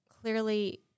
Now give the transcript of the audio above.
clearly